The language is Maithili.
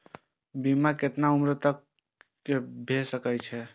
बीमा केतना उम्र तक के भे सके छै?